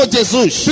Jesus